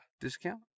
Discount